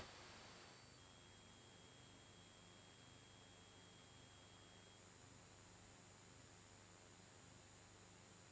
Grazie